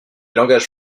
langages